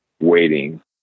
waiting